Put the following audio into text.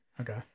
Okay